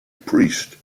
priest